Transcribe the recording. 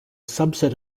subset